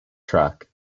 track